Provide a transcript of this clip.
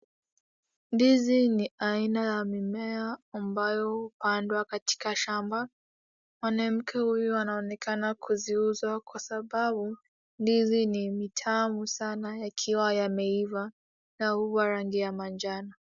Ndizi ni aina ya mimea ambayo hupandwa katika shamba. Mwanamke huyu anaonekana kuziuza kwa sababu ndizi ni mitamu sana yakiwa yameiva na hua rangi ya majano.